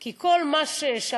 כי כל מה ששמענו,